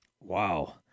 Wow